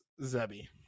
zebby